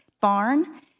barn